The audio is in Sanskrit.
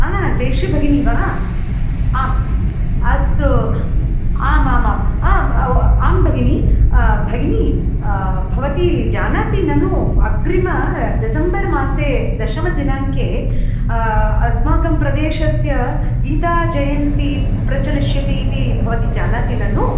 आ जयश्री भगिनि वा आम् अस्तु आमामाम् आम् आं भगिनि भगिनि भवती जानाति ननु अग्रिम डिसेम्बर् मासे दशमदिनाङ्के अस्माकं प्रदेशस्य गीताजयन्ती प्रचलिष्यति इति भवती जानाति ननु